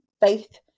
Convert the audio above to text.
faith